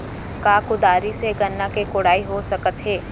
का कुदारी से गन्ना के कोड़ाई हो सकत हे?